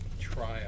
trial